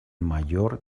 mayor